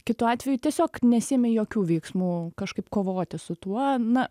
kitu atveju tiesiog nesiėmė jokių veiksmų kažkaip kovoti su tuo na